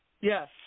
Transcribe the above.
Yes